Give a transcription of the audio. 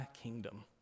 kingdom